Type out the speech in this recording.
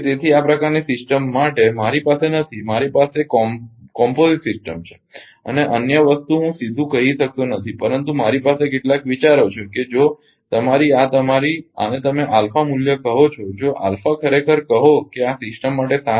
તેથી આ પ્રકારની સિસ્ટમ માટે મારી પાસે નથી મારી પાસે સંયુક્ત સિસ્ટમ છે અને અન્ય વસ્તુ હું સીધું કહી શકતો નથી પરંતુ મારી પાસે કેટલાક વિચારો છે કે જો તમારી આ તમારી આને તમે આલ્ફા મૂલ્ય કહો છો જો ખરેખર કહો કે આ સિસ્ટમ માટે 7